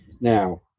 Now